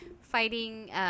Fighting